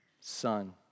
Son